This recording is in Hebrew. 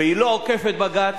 והיא לא עוקפת בג"ץ.